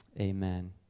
amen